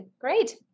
great